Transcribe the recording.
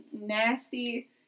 nasty